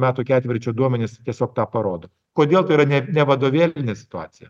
metų ketvirčio duomenys tiesiog tą parodo kodėl tai yra ne ne vadovėlinė situacija